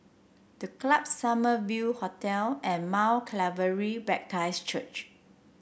The Club Summer View Hotel and Mount Calvary Baptist Church